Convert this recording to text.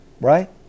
right